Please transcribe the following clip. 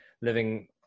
living